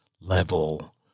level